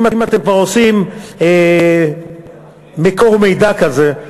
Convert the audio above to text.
אם אתם כבר עושים מיקור מידע כזה,